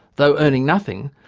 though earning nothing,